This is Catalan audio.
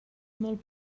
molt